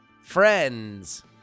Friends